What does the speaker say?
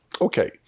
Okay